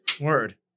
Word